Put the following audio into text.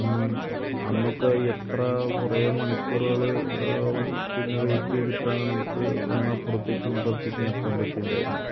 അന്നൊക്കെ എത്ര കുറേ മണിക്കൂറുകൾ പിന്നെ വെയിറ്റ് ചെയ്തിട്ടാണ് നമുക്ക് ഒന്ന് അപ്പുറത്തേക്കും ഇപ്പുറത്തേക്കും എത്താൻ പറ്റിയിട്ടുണ്ടായിരുന്നത്